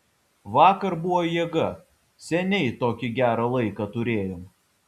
vakar buvo jėga seniai tokį gerą laiką turėjom